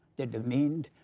they're demeaned,